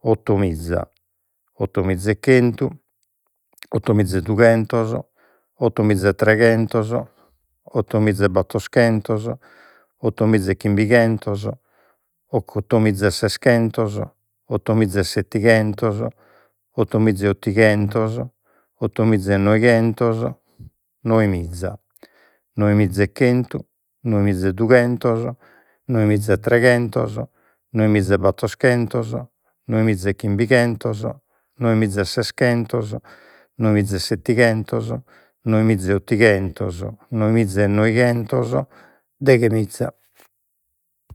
ottomiza ottomiza e chentu ottomiza e dughentos ottomiza e treghentos ottomiza e batoschentos ottomiza e chimbighentos ott- ottomiza e seschentos ottomiza e settighentos ottomiza e ottighentos ottomiza e noighentos noemiza noemiza e chentu noemiza e dughentos noemiza e treghentos noemiza e battoschentos noemiza e chimbighentos noemiza e seschentos noemiza e settighentos noemiza e ottighentos noemiza e noighentos deghemiza